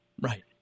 Right